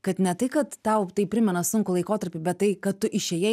kad ne tai kad tau tai primena sunkų laikotarpį bet tai kad tu išėjai